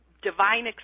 divine